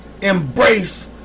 embrace